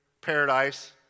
paradise